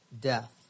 death